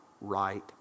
right